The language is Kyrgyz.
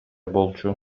болчу